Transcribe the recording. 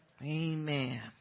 Amen